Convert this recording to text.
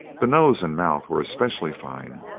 the nose and mouth were especially fine,